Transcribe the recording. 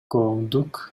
коомдук